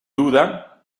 duda